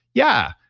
yeah.